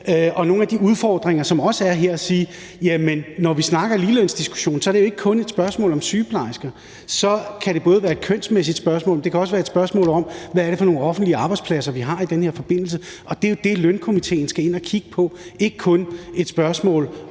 og nogle af de udfordringer, som også er her – at når vi snakker ligelønsdiskussion, er det jo ikke kun et spørgsmål om sygeplejersker; så kan det både være et kønsmæssigt spørgsmål, og det kan også være et spørgsmål om, hvad det er for nogle offentlige arbejdspladser, vi har i den her forbindelse. Og det er jo det, lønstrukturkomitéen skal ind at kigge på. Så det er ikke kun et spørgsmål